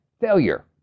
failure